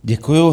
Děkuju.